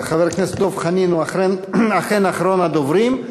חבר הכנסת דב חנין הוא אכן אחרון הדוברים.